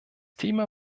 thema